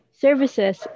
services